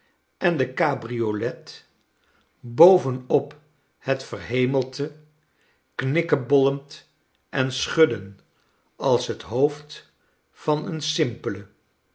en de carbriolet boven op het verhemelte knikkebollend en schudden als het hoofd van een simpele